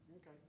Okay